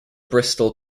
bristol